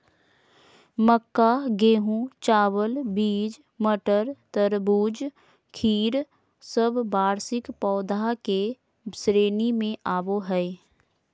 मक्का, गेहूं, चावल, बींस, मटर, तरबूज, खीर सब वार्षिक पौधा के श्रेणी मे आवो हय